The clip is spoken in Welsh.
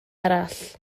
arall